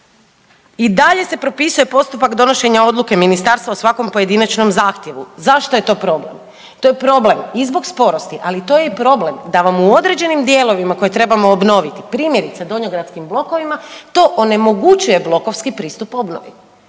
I dalje se propisuje postupak donošenja odluke Ministarstva o svakom pojedinačnom zahtjevu. Zašto je to problem? To je problem i zbog sporosti, ali to je i problem da vam u određenim dijelovima koje trebamo obnoviti, primjerice, donjogradskim blokovima, to onemogućuje blokovski pristup obnovi.